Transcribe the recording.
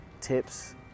tips